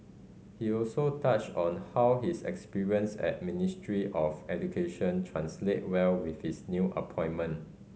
he also touched on how his experience at Ministry of Education translate well with his new appointment